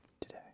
Today